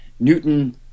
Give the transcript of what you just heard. Newton